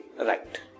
Right